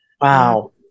Wow